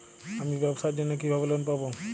আমি ব্যবসার জন্য কিভাবে লোন পাব?